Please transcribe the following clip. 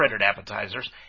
appetizers